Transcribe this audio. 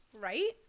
Right